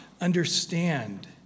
understand